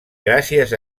gràcies